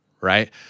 right